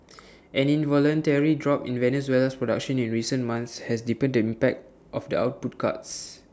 an involuntary drop in Venezuela's production in recent months has deepened the impact of the output cuts